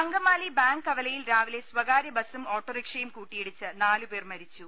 Angamaly bank കവലയിൽ രാവിലെ സ്വകാര്യ ബസ്സും ഓട്ടോറിക്ഷയും കൂട്ടിയിടിച്ച് നാലുപേർ മരിച്ചു